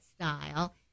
style